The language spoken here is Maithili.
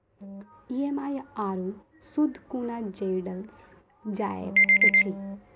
ई.एम.आई आरू सूद कूना जोड़लऽ जायत ऐछि?